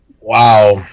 Wow